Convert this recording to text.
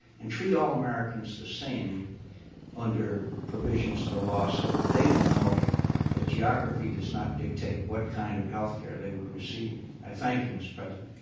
and treat all americans the same under provisions of the law so that they will know that geography does not dictate what kind of health care they would receive. i thank you, mr. president.